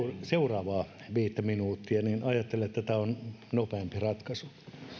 seuraavaa viittä minuuttia ajattelen että tämä on nopeampi ratkaisu